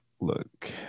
look